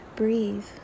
breathe